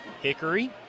Hickory